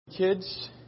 Kids